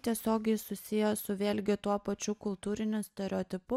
tiesiogiai susiję su vėlgi tuo pačiu kultūriniu stereotipu